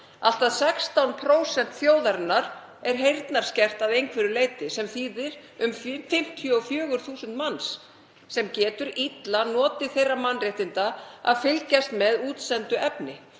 Allt að 16% þjóðarinnar eru heyrnarskert að einhverju leyti sem þýðir að um 54.000 manns geta illa notið þeirra mannréttinda að fylgjast með útsendu efni.